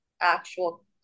actual